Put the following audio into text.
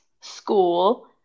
school